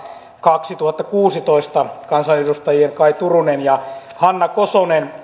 kaksituhattakuusitoista joka on kansanedustajien kaj turunen ja hanna kosonen